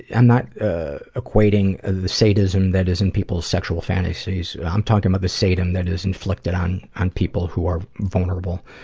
i'm not ah equating the sadism that is in people's sexual fantasies. i'm talking about the sadism that is inflicted on on people who are vulnerable.